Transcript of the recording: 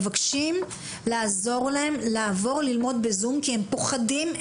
מבקשים לעזור להם לעבור ללמוד בזום כי הם פוחדים.